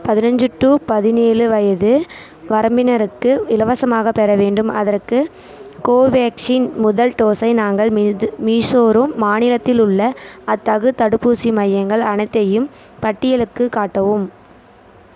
பதினஞ்சி டூ பதினேலு வயது வரம்பினருக்கு இலவசமாகப் பெற வேண்டும் அதற்கு கோவேக்சின் முதல் டோஸை நாங்கள் மீது மீசோரம் மாநிலத்தில் உள்ள அத்தகு தடுப்பூசி மையங்கள் அனைத்தையும் பட்டியலுக்கு காட்டவும்